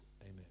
Amen